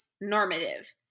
normative